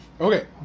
Okay